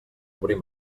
obrir